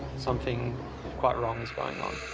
something quite wrong is going on.